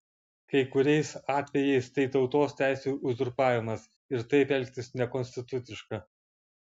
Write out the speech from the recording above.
kai kuriais atvejais tai tautos teisių uzurpavimas ir taip elgtis nekonstituciška